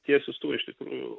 tie siųstuvai iš tikrųjų